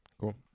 cool